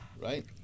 Right